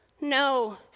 No